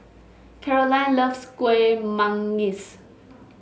Caroline loves Kueh Manggis